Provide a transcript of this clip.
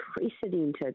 unprecedented